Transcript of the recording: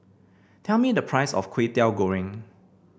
tell me the price of Kway Teow Goreng